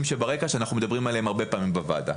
שברקע שאנחנו מדברים עליהם הרבה פעמים בוועדה.